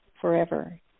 forever